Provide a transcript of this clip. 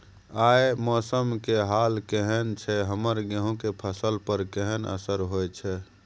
आय मौसम के हाल केहन छै हमर गेहूं के फसल पर केहन असर होय छै?